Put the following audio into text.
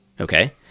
Okay